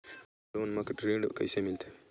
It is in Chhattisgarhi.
गोल्ड लोन म ऋण कइसे मिलथे?